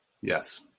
yes